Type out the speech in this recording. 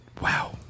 wow